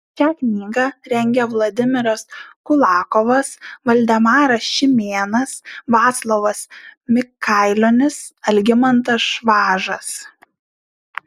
šią knygą rengia vladimiras kulakovas valdemaras šimėnas vaclovas mikailionis algimantas švažas